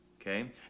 okay